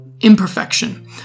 imperfection